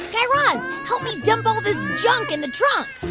guy raz, help me dump all this junk in the trunk